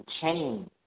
change